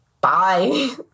bye